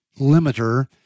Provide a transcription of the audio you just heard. limiter